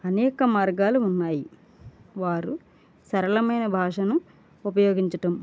అనేక మార్గాలు ఉన్నాయి వారు సరళమైన భాషను ఉపయోగించడం